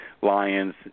lions